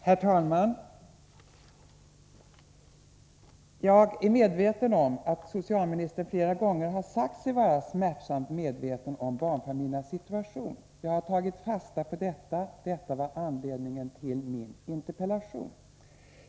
Herr talman! Jag är medveten om att socialministern flera gånger har sagt sig vara smärtsamt medveten om barnfamiljernas situation. Jag har tagit fasta på detta, och detta var anledningen till min interpellation.